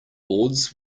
boards